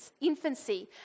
infancy